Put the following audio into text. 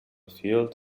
field